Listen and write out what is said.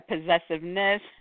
possessiveness